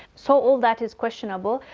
so all that is questionable,